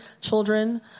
children